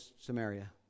Samaria